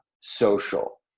social